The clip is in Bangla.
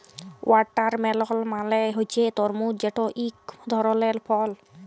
ওয়াটারমেলল মালে হছে তরমুজ যেট ইক ধরলের ফল